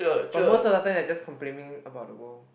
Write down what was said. but most of the time they are just complaining about the world